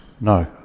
No